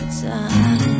time